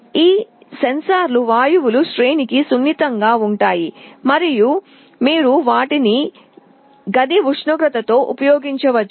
ఈ సెన్సార్లు వాయువుల శ్రేణికి సున్నితంగా ఉంటాయి మరియు మీరు వాటిని గది ఉష్ణోగ్రతలో ఉపయోగించవచ్చు